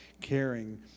caring